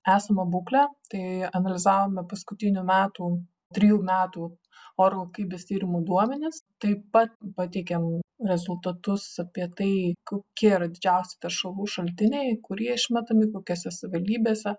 esamą būklę tai analizavome paskutinių metų trijų metų orų kybės tyrimų duomenis taip pat pateikiam rezultatus apie tai kokie yra didžiausi teršalų šaltiniai kurie išmetami kokiose savaldybėse